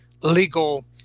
legal